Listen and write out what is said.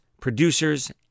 producers